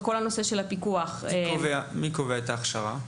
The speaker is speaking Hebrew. מי קובע את ההכשרה?